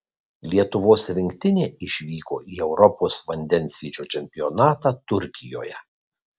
lietuvos rinktinė išvyko į europos vandensvydžio čempionatą turkijoje